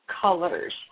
colors